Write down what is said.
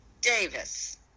Davis